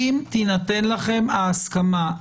אם תינתן לכם ההסכמה.